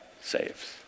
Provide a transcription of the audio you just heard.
saves